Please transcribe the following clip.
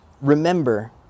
remember